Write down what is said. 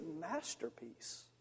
masterpiece